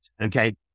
Okay